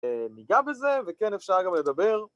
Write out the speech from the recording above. ניגע בזה וכן אפשר גם לדבר